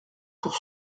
pour